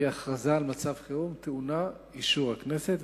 הכרזה על מצב חירום טעונה אישור הכנסת,